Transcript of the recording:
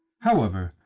however,